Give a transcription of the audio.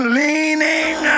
leaning